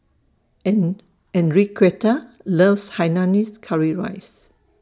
An Enriqueta loves Hainanese Curry Rice